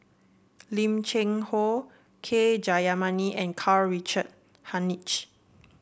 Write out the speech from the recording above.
Lim Cheng Hoe K Jayamani and Karl Richard Hanitsch